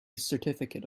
certificate